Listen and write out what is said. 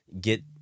get